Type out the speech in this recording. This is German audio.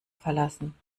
verlassen